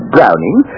Browning